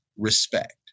respect